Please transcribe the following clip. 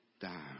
down